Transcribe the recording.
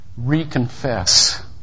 reconfess